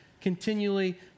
continually